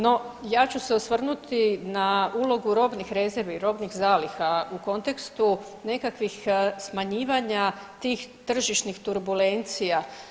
No, ja ću se osvrnuti na ulogu robnih rezervi, robnih zaliha u kontekstu nekakvih smanjivanja tih tržišnih turbulencija.